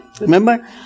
Remember